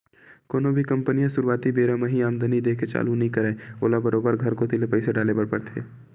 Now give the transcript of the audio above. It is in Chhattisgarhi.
कोनो भी कंपनी ह सुरुवाती बेरा म ही आमदानी देय के चालू नइ करय ओला बरोबर घर कोती ले पइसा डाले बर परथे